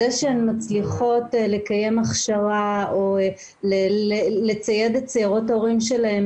זה שהן מצליחות לקיים הכשרה או לצייד את סיירות ההורים שלהן